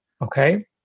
okay